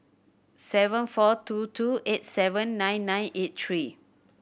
seven four two two eight seven nine nine eight three